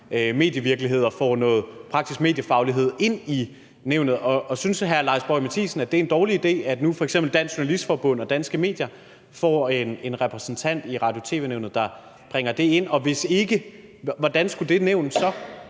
medievirkelighed og får noget praktisk mediefaglighed ind i nævnet. Synes hr. Lars Boje Mathiesen, at det er en dårlig idé, at f.eks. Dansk Journalistforbund og Danske Medier nu får en repræsentant i Radio- og tv-nævnet og bringer det ind? Og hvis ikke, hvordan skulle det nævn så